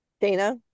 dana